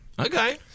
Okay